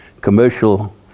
commercial